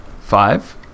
five